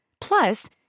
Plus